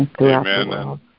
Amen